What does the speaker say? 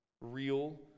real